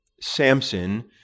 Samson